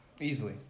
easily